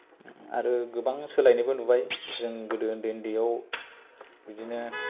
आरो गोबां सोलायनायबो नुबाय जों गोदो उन्दै उन्दैयाव बिदिनो